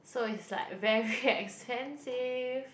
so it's like very expensive